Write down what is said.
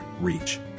reach